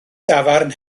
dafarn